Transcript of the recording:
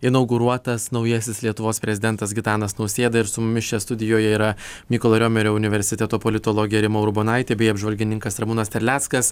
inauguruotas naujasis lietuvos prezidentas gitanas nausėda ir su mumis čia studijoje yra mykolo riomerio universiteto politologė rima urbonaitė bei apžvalgininkas ramūnas terleckas